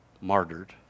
martyred